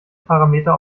parameter